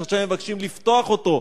שעכשיו הם מבקשים לפתוח אותו.